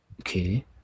Okay